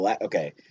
Okay